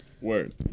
Word